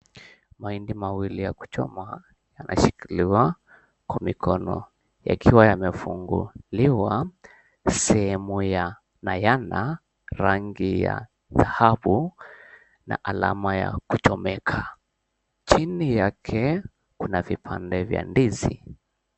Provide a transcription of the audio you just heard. Mahindi mawili yakuchomwa yameshikiliwa kwa mikono yakiwa yamefunguliwa sehemu ya bayana, rangi ya dhahabu na alama ya kuchomeka. Chini yake kuna vipande vya ndizi.